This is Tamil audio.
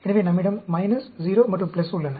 எனவே நம்மிடம் 0 மற்றும் உள்ளன